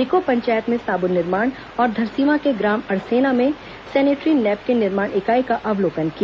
रीको पंचायत में साबून निर्माण के साथ ही धरसींवा के ग्राम अड़सेना में सेनेटरी नेपकीन निर्माण इकाई का अवलोकन किया